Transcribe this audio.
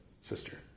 sister